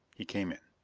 he came in.